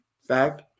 fact